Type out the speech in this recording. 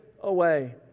away